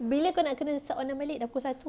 bila kau nak kena sound aku balik dah pukul satu